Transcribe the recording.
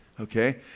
okay